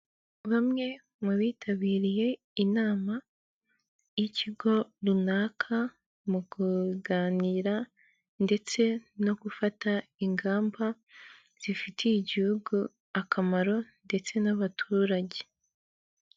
Bamwe mu bitabiriye inama y'ikigo runaka mu kuganira ndetse no gufata ingamba zifitiye igihugu akamaro ndetse n'abaturage.